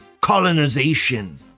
colonization